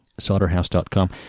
solderhouse.com